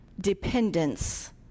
dependence